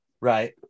Right